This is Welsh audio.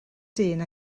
dyn